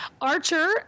Archer